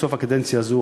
בסוף הקדנציה הזאת,